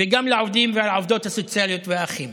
וגם לעובדים ולעובדות הסוציאליים ולאחים.